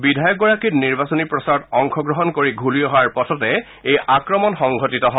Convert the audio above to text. বিধায়কগৰাকী নিৰ্বাচনী প্ৰচাৰত অংশ গ্ৰহণ কৰি ঘুৰি অহাৰ পথতে এই আক্ৰমণ সংঘটিত হয়